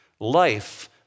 Life